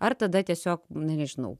ar tada tiesiog na nežinau